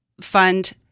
fund